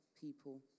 people